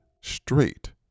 straight